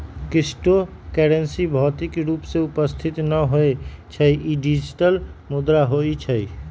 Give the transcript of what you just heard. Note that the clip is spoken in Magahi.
क्रिप्टो करेंसी भौतिक रूप में उपस्थित न होइ छइ इ डिजिटल मुद्रा होइ छइ